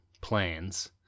plans